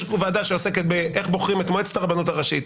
יש פה ועדה שעוסקת איך בוחרים את מועצת הרבנות הראשית,